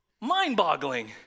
Mind-boggling